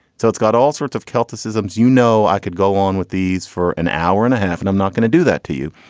so it's got all sorts of celtic isms, you know. i could go on with these for an hour and a half, and i'm not going to do that to you.